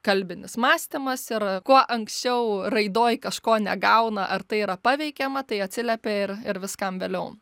kalbinis mąstymas ir kuo anksčiau raidoj kažko negauna ar tai yra paveikiama tai atsiliepia ir ir viskam vėliau